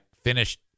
finished